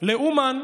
לאומן